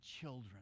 children